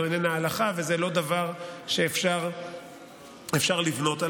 וזו איננה הלכה וזה לא דבר שאפשר לבנות עליו,